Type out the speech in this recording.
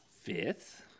fifth